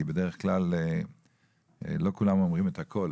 כי בדרך כלל לא כולם אומרים את הכל,